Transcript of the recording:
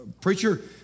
preacher